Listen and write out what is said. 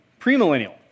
premillennial